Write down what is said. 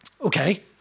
Okay